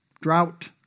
drought